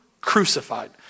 Crucified